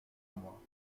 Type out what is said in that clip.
moi